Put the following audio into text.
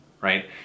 right